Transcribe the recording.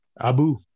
Abu